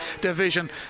division